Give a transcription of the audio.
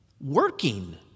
working